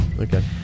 okay